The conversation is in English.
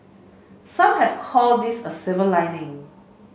some have called this a silver lining